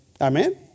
Amen